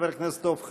חבר הכנסת דב חנין,